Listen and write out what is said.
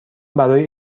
برای